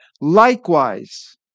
Likewise